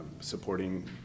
supporting